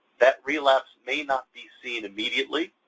that relapse may not be seen immediately,